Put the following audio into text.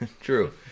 True